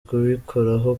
kubikoraho